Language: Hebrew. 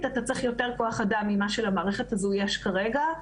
אתה צריך יותר כוח אדם ממה שלמערכת הזו יש כרגע.